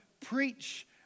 preach